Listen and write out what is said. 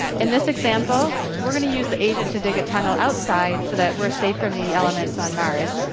in this example, we're gonna use the agent to dig a tunnel outside so that we're safe from the elements on mars.